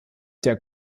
der